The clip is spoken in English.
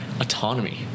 autonomy